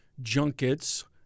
junkets